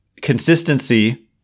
consistency